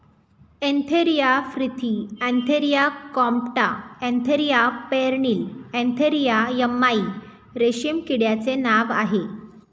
Antheraea frithi Antheraea compta Antheraea pernyi Antheraea yamamai रेशीम किड्याचे नाव आहे